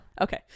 Okay